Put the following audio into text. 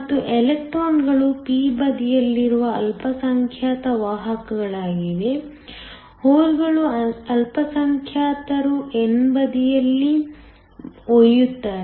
ಮತ್ತು ಎಲೆಕ್ಟ್ರಾನ್ಗಳು p ಬದಿಯಲ್ಲಿರುವ ಅಲ್ಪಸಂಖ್ಯಾತ ವಾಹಕಗಳಾಗಿವೆ ಹೋಲ್ಗಳು ಅಲ್ಪಸಂಖ್ಯಾತರು ಎನ್ ಬದಿಯಲ್ಲಿ ಒಯ್ಯುತ್ತಾರೆ